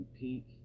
peak